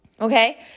Okay